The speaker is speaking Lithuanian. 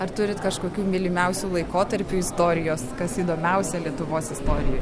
ar turit kažkokių mylimiausių laikotarpių istorijos kas įdomiausia lietuvos istorijoj